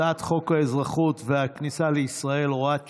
הצעת חוק האזרחות והכניסה לישראל (הוראת שעה),